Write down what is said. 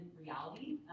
reality